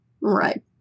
Right